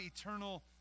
eternal